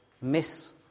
miss